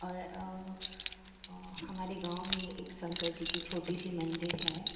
और हमारे गाँव में एक शंकर जी का छोटा सा मन्दिर है